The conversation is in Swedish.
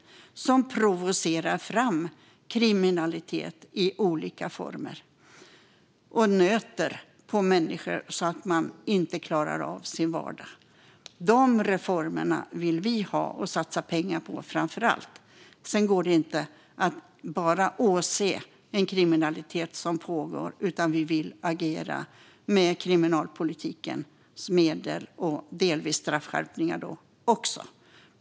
Klyftor provocerar fram kriminalitet i olika former och nöter på människor så att de inte klarar av sin vardag. Dessa reformer vill vi ha och satsa pengar på, framför allt. Sedan går det inte att bara åse en kriminalitet som pågår, utan vi vill agera med kriminalpolitikens medel - delvis även straffskärpningar.